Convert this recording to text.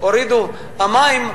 המים,